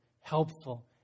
helpful